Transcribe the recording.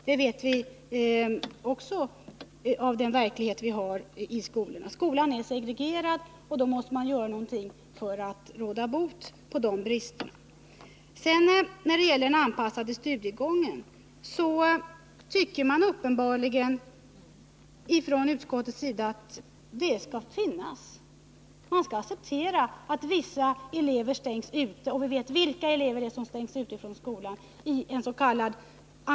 Det vet vi på grund av den verklighet vi har i skolan. Skolan är segregerad och man måste göra någonting för att råda bot på de bristerna. När det sedan gäller den anpassade studiegången tycker utskottet tydligen att den skall finnas, att man skall acceptera att vissa elever — vi vet vilka — stängs ute från skolan på det sättet.